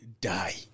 die